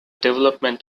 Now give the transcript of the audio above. development